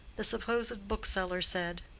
the supposed bookseller said,